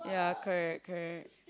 yeah correct correct